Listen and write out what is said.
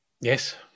Yes